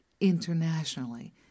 internationally